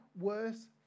worse